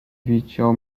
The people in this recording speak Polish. widział